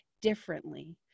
differently